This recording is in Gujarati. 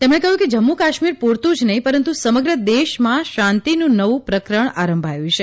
તેમણે કહ્યું કે જમ્મુ કાશ્મીર પૂરતું જ નહીં પરંતુ સમગ્ર દેશમાં શાંતિનું નવું પ્રકરણ આરંભાયું છે